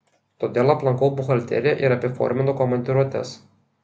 todėl aplankau buhalteriją ir apiforminu komandiruotes